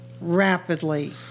rapidly